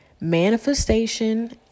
Manifestation